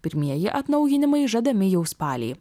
pirmieji atnaujinimai žadami jau spalį